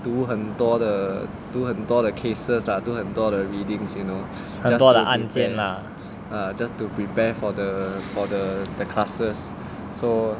读很多的读很多的 cases lah do 很多的 readings you know ya just to prepare for the for the the classes so